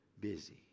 busy